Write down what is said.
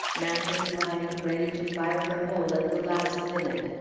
matches lying ready to fire the whole at the last minute.